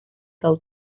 del